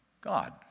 God